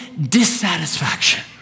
dissatisfaction